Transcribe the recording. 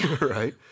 right